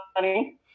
money